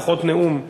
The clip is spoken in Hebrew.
פחות נאום.